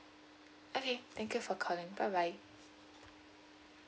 okay thank you for calling bye bye